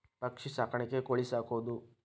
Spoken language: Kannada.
ಪಕ್ಷಿ ಸಾಕಾಣಿಕೆ ಕೋಳಿ ಸಾಕುದು